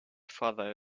father